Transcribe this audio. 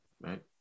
right